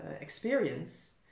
experience